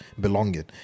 belonging